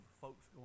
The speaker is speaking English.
folks